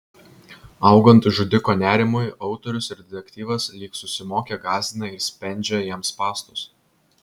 augant žudiko nerimui autorius ir detektyvas lyg susimokę gąsdina ir spendžia jam spąstus